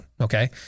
okay